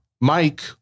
Mike